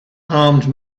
armed